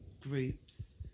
groups